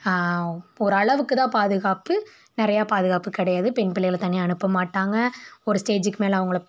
ஒரு அளவுக்குதான் பாதுகாப்பு நிறைய பாதுகாப்பு கிடையாது பெண் பிள்ளைகள தனியாக அனுப்ப மாட்டாங்க ஒரு ஸ்டேஜிக்கு மேலே அவங்கள